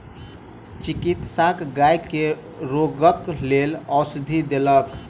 चिकित्सक गाय के रोगक लेल औषधि देलक